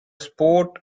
sport